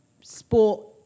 sport